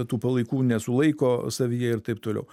tų palaikų nesulaiko savyje ir taip toliau